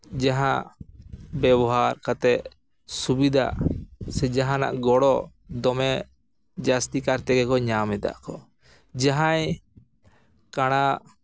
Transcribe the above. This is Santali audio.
ᱡᱟᱦᱟᱸ ᱵᱮᱵᱚᱦᱟᱨ ᱠᱟᱛᱮᱫ ᱥᱩᱵᱤᱫᱷᱟ ᱥᱮ ᱡᱟᱦᱟᱸᱱᱟᱜ ᱜᱚᱲᱚ ᱫᱚᱢᱮ ᱡᱟᱹᱥᱛᱤ ᱠᱟᱭᱛᱮᱜᱮ ᱠᱚ ᱧᱟᱢ ᱮᱫᱟ ᱠᱚ ᱡᱟᱦᱟᱸᱭ ᱠᱟᱬᱟ